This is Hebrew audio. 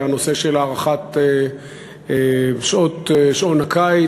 היה הנושא של הארכת שעון הקיץ.